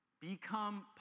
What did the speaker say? become